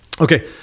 Okay